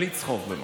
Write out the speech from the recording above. בלי צחוק.